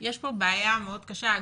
בעיה מאוד קשה,